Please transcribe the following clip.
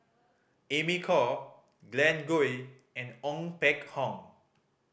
Amy Khor Glen Goei and Ong Peng Hock